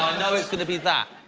it's gonna be that.